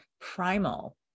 primal